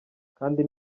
kandi